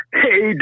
hey